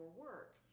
work